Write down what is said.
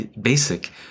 basic